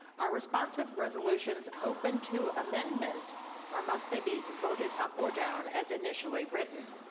are responsive resolutions open to amendment or must they be voted up or down as initially written?